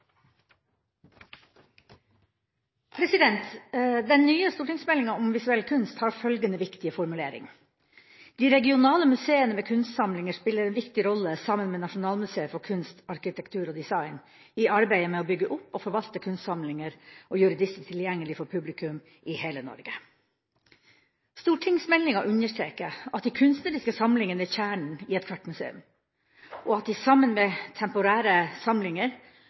Den nye stortingsmeldinga om visuell kunst har følgende viktige formulering: «De regionale museene med kunstsamlinger spiller en viktig rolle sammen med Nasjonalmuseet for kunst, arkitektur og design i arbeidet med å bygge opp og forvalte kunstsamlinger og formidle og gjøre disse tilgjengelige for publikum i hele Norge.» Stortingsmeldinga understreker at de kunstneriske samlingene er kjernen i ethvert museum, og at de – sammen med de temporære samlinger